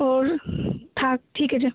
ও থাক ঠিক আছে